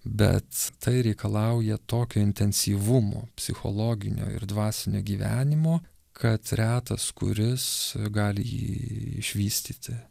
bet tai reikalauja tokio intensyvumo psichologinio ir dvasinio gyvenimo kad retas kuris gali jį išvystyti